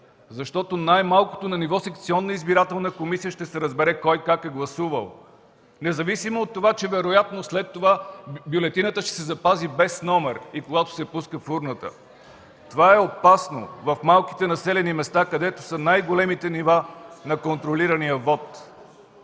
защото най-малкото на ниво секционна избирателна комисия ще се разбере кой как е гласувал, независимо от това, че вероятно след това бюлетината ще се запази без номер и когато се пуска в урната. (Реплика от народния представител Мая Манолова.) Това е опасно в малките населени места, където са най-големите нива на контролирания вот.